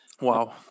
Wow